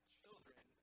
children